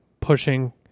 pushing